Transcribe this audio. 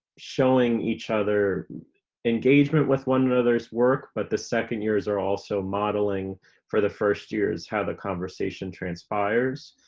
showing each other engagement with one another's work. but the second-years are also modeling for the first-years how the conversation transpires.